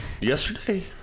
yesterday